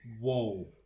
whoa